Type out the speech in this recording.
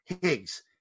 Higgs